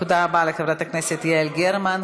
תודה רבה לחברת הכנסת יעל גרמן.